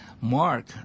Mark